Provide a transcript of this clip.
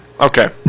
Okay